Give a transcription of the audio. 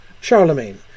Charlemagne